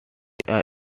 are